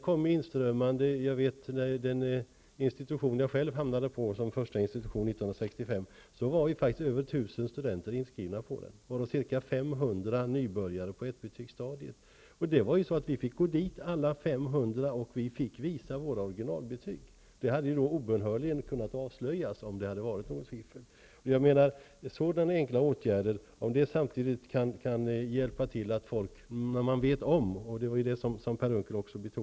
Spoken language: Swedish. På den institution där jag hamnade som första institution 1965 var över 1 000 studenter inskrivna, varav ca 500 nybörjare på ettbetygsstadiet. Vi fick gå dit alla 500 och visa våra originalbetyg. Det hade då obönhörligen kunnat avslöjas, om det hade varit något fiffel.